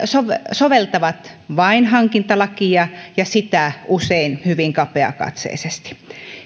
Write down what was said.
soveltavat vain hankintalakia ja sitä usein hyvin kapeakatseisesti